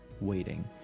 waiting